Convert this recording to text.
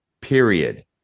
period